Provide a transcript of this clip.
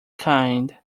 kind